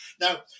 Now